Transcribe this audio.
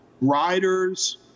riders